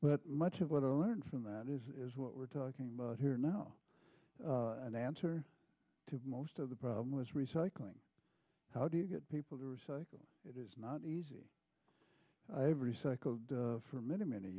but much of what i learned from that is what we're talking about here now an answer to most of the problem was recycling how do you get people to recycle it is not easy every cycle for many many